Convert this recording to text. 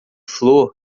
flor